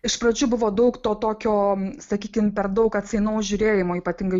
iš pradžių buvo daug to tokio sakykim per daug atsainaus žiūrėjimo ypatingai